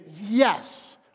yes